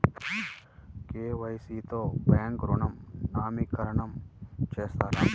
KYC తో bank ఋణం నవీకరణ చేస్తారా?